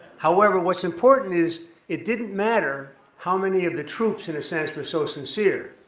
however, what's important is it didn't matter how many of the troops, in a sense, were so sincere.